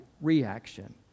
reaction